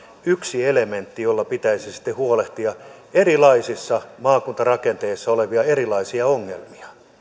yksi elementti jolla pitäisi sitten huolehtia erilaisissa maakuntarakenteissa olevia erilaisia ongelmia